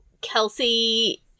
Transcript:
Kelsey